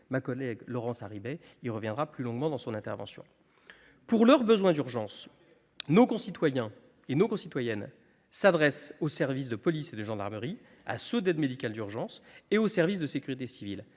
Ma collègue Laurence Harribey y reviendra plus longuement dans son intervention. Pour leurs besoins d'urgence, nos concitoyens et nos concitoyennes s'adressent aux services de police et de gendarmerie, à ceux d'aide médicale urgente et aux services de sécurité civile.